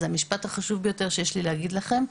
זה המשפט החשוב ביותר שיש לי להגיד לכם,